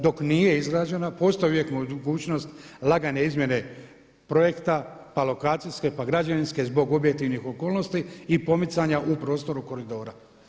Dok nije izgrađena postoji uvijek mogućnost lagane izmjene projekte, pa lokacijske, pa građevinske zbog objektivnih okolnosti i pomicanja u prostoru koridora.